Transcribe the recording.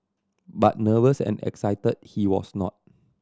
but nervous and excited he was not